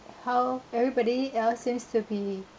how everybody else seems to be